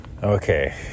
Okay